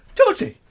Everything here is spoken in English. georgie.